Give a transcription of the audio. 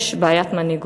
יש בעיית מנהיגות.